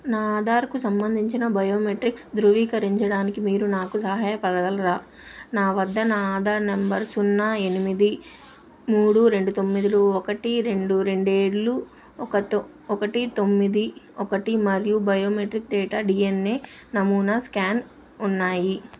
నా ఆధార్కు సంబంధించిన బయోమెట్రిక్స్ ధృవీకరించడానికి మీరు నాకు సహాయపడగలరా నా వద్ద నా ఆధార్ నంబర్ సున్నా ఎనిమిది మూడు రెండు తొమ్మిదులు ఒకటి రెండు రెండు ఏడ్లు ఒకతో ఒకటి తొమ్మిది ఒకటి మరియు బయోమెట్రిక్ డేటా డీఎన్ఏ నమూనా స్కాన్ ఉన్నాయి